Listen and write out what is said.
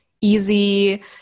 easy